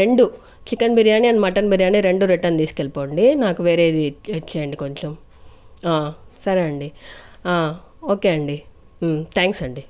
రెండు chicken biryani and mutton biryani రెండు return తీసుకెళ్ళిపోండి నాకు వేరేది ఇచ్చేయండి కొంచెం సరే అండి ఓకే అండి థ్యాంక్స్ అండి